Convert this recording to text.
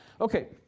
Okay